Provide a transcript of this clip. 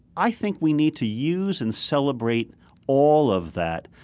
i think we need to use and celebrate all of that